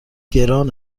گران